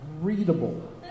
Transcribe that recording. readable